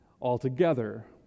altogether